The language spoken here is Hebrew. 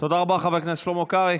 תודה רבה, חבר הכנסת שלמה קרעי.